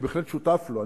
שאני בהחלט שותף לו,